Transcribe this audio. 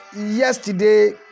yesterday